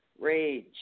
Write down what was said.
rage